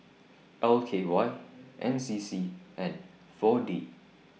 L K Y N C C and four D